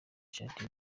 shaddy